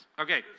Okay